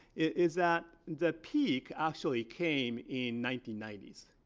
is that the peak actually came in nineteen ninety s.